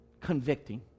convicting